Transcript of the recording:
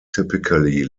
typically